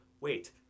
wait